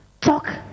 Talk